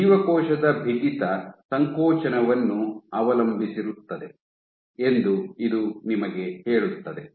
ಜೀವಕೋಶದ ಬಿಗಿತ ಸಂಕೋಚನವನ್ನು ಅವಲಂಬಿಸಿರುತ್ತದೆ ಎಂದು ಇದು ನಿಮಗೆ ಹೇಳುತ್ತದೆ